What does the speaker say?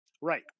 Right